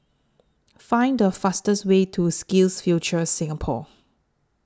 Find The fastest Way to SkillsFuture Singapore